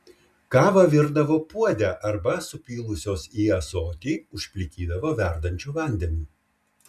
kavą virdavo puode arba supylusios į ąsotį užplikydavo verdančiu vandeniu